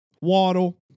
Waddle